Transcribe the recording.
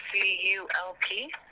C-U-L-P